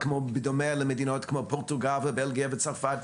בדומה למדינות כמו פורטוגל, בלגיה וצרפת?